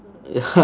ya